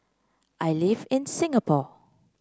I live in Singapore